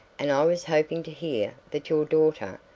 and i was hoping to hear that your daughter,